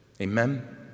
Amen